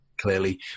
clearly